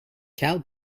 cal